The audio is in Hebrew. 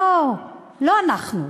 לא, לא אנחנו.